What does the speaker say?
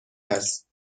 است